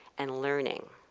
and learning.